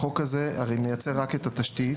החוק הזה הרי מייצר רק את התשתית,